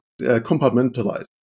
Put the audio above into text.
compartmentalized